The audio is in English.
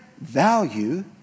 value